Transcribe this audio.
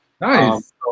Nice